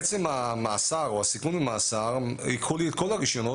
עצם המאסר או הסיכון במאסר - יקחו לי את כל הרישיונות,